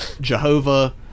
Jehovah